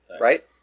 right